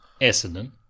Essendon